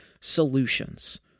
solutions